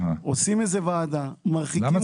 עושים וועדה ומרחיקים אותו.